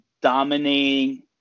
dominating